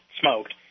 smoked